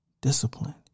Discipline